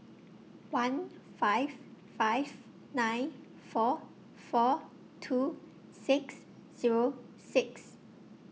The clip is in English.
one five five nine four four two six Zero six